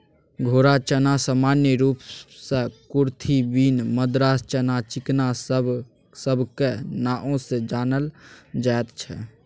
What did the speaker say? घोड़ा चना सामान्य रूप सँ कुरथी, बीन, मद्रास चना, चिकना सबक नाओ सँ जानल जाइत छै